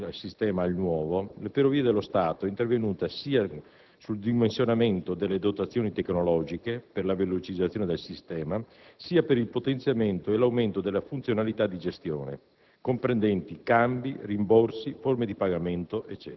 Dopo una prima fase, che ha registrato il passaggio dal vecchio sistema al nuovo, Ferrovie dello Stato è intervenuta sia sul dimensionamento delle dotazioni tecnologiche per la velocizzazione del sistema, sia per il potenziamento e l'aumento della funzionalità di gestione,